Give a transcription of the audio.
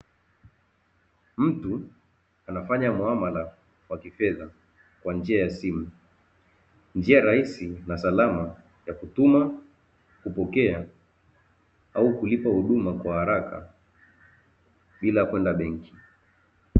Mtu anafanya muamala wa kifedha kwa njia ya simu, njia rahisi na salama ya kutuma, kupokea au kulipa huduma kwa haraka bila kwenda benki.